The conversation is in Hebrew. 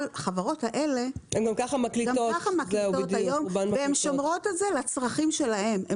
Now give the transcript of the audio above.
אבל החברות האלה גם ככה מקליטות היום והן שומרות את זה לצרכים שלהן.